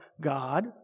God